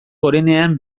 gorenean